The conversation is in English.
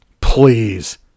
please